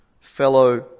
Fellow